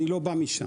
אני לא בא משם.